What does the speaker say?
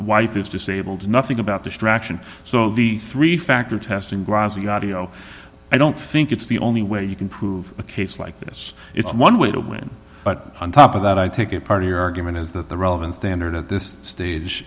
wife is disabled nothing about distraction so the three dollars factor testing grazia audio i don't think it's the only way you can prove a case like this it's one way to win but on top of that i take it party argument is that the relevant standard at this stage